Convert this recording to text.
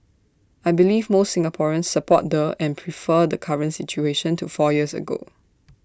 I believe most Singaporeans support the and prefer the current situation to four years ago